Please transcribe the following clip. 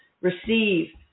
receive